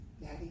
Daddy